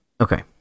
Okay